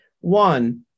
One